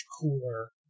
cooler